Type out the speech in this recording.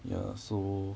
ya so